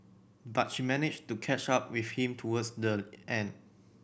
but she managed to catch up with him towards the end